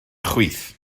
chwith